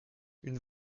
une